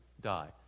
die